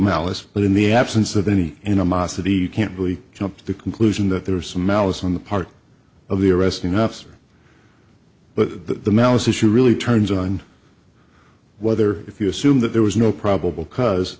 malice but in the absence of any animosity can't really jump to the conclusion that there was some malice on the part of the arresting officer but the issue really turns on whether if you assume that there was no probable cause